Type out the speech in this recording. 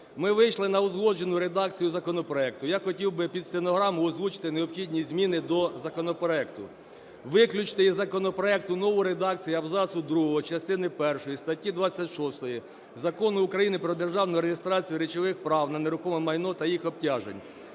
Ми вийшли на узгоджену редакцію законопроекту, я хотів би під стенограму озвучити необхідні зміни до законопроекту. Виключити із законопроекту нову редакцію абзацу 2 частини першої статті 26 Закону України "Про державну реєстрацію речових прав на нерухоме майно та їх обтяжень".